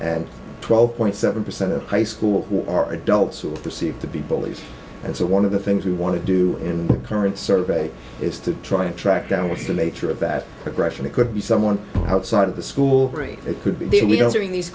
and twelve point seven percent of high school who are adults who are perceived to be bullies and so one of the things we want to do in the current survey is to try and track down which is the nature of that progression it could be someone outside of the school